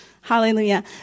Hallelujah